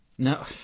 No